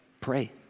pray